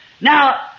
now